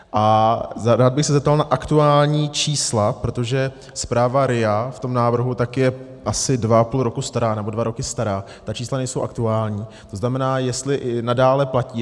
A rád bych se zeptal na aktuální čísla, protože zpráva RIA v tom návrhu je asi dva a půl roku stará, nebo dva roky stará, ta čísla nejsou aktuální, to znamená, jestli i nadále platí.